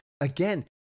again